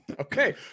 okay